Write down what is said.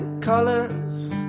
colors